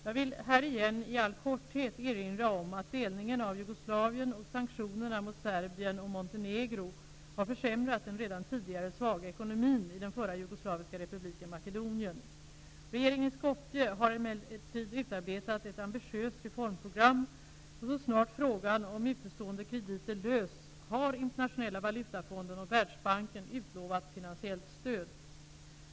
Jag vill här igen i all korthet erinra om att delningen av Jugoslavien och sanktionerna mot Serbien och Montenegro har försämrat den redan tidigare svaga ekonomin i den förra jugoslaviska republiken Makedonien. Regeringen i Skopje har emellertid utarbetat ett ambitiöst reformprogram, och så snart frågan om utestående krediter lösts har Internationella valutafonden och Världsbanken utlovat finansiellt stöd.